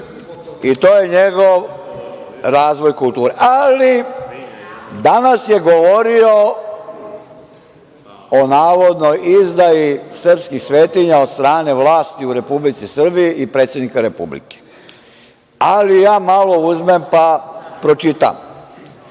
i to je njegov razvoj kulture. Danas je govorio o navodnoj izdaji srpskih svetinja od strane vlasti u Republici Srbiji i predsednika Republike, ali ja malo uzmem pa pročitam